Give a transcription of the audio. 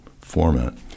format